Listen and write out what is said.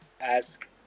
ask